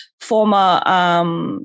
former